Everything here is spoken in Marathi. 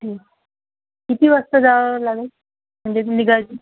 ठीक किती वाजता जावं लागंल म्हणजे इथून निघायचं